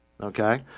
Okay